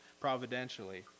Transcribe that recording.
providentially